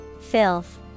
Filth